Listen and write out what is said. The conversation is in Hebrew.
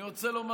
אני רוצה לומר